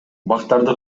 бактарды